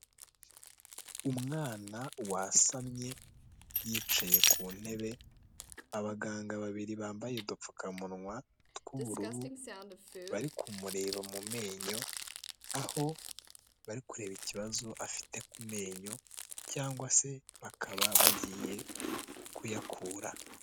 Umwana wasamye yicaye ku ntebe abaganga babiri bambaye udupfukamunwa tw'ubururu bari kumureba mu menyo, aho bari kureba ikibazo afite ku menyo cyangwa se bakaba bagiye kuyakura.